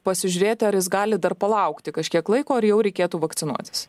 pasižiūrėti ar jis gali dar palaukti kažkiek laiko ar jau reikėtų vakcinuotis